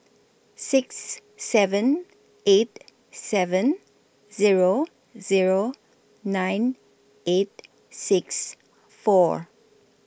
six seven eight seven Zero Zero nine eight six four